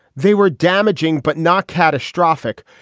they were damaging but not catastrophic.